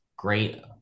Great